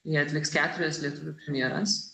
jie atliks keturias lietuvių premjeras